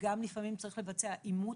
וגם לפעמים צריך לבצע עימות,